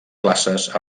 classes